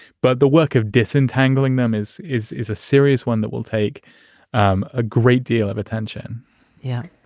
but the work of disentangling them is is is a serious one that will take um a great deal of attention yeah.